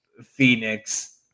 Phoenix